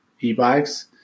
e-bikes